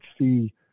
see